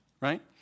right